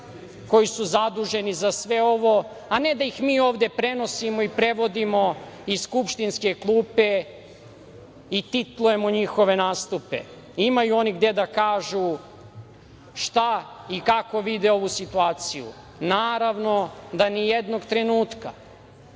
koji su zaduženi za sve ovo, a ne da ih mi ovde prenosimo i prevodimo iz skupštinske klupe i titlujemo njihove nastupe. Imaju oni gde da kažu, šta i kako vide ovu situaciju. Naravno da ni jednog trenutka